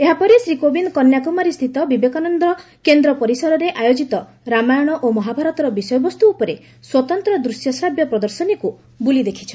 ଏହାପରେ ଶ୍ରୀ କୋବିନ୍ଦ କନ୍ୟାକୁମାରୀସ୍ଥିତ ବିବେକାନନ୍ଦ କେନ୍ଦ୍ର ପରିସରରେ ଆୟୋକିତ ରାମାୟଣ ଓ ମହାଭାରତର ବିଷୟବସ୍ତୁ ଉପରେ ସ୍ୱତନ୍ତ୍ର ଦୃଶ୍ୟ ସାବ୍ୟ ପ୍ରଦର୍ଶନୀକୁ ବୁଲି ଦେଖିଛନ୍ତି